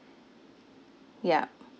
yup